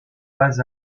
bas